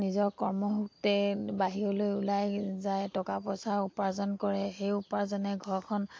নিজৰ কৰ্মসূত্ৰে বাহিৰলৈ ওলাই যায় টকা পইচা উপাৰ্জন কৰে সেই উপাৰ্জনে ঘৰখন